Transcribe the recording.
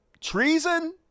treason